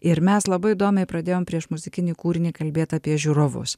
ir mes labai įdomiai pradėjom prieš muzikinį kūrinį kalbėt apie žiūrovus